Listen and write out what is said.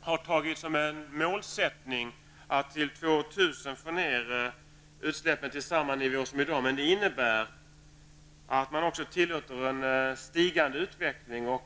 har tagit till målsättning att till år 2000 få ned utsläppen till samma nivå som i dag, men det innebär att man också tillåter en stigande utveckling.